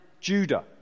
Judah